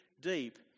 deep